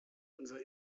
unser